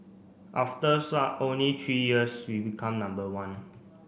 after only three years we become number one